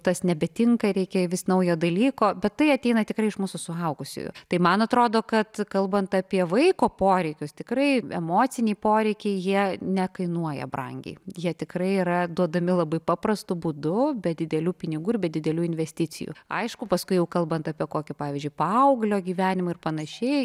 tas nebetinka reikia vis naujo dalyko bet tai ateina tikrai iš mūsų suaugusiųjų tai man atrodo kad kalbant apie vaiko poreikius tikrai emociniai poreikiai jie nekainuoja brangiai jie tikrai yra duodami labai paprastu būdu be didelių pinigų ir be didelių investicijų aišku paskui jau kalbant apie kokį pavyzdžiui paauglio gyvenimą ir panašiai